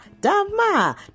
Dama